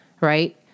right